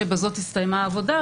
שבזאת הסתיימה העבודה,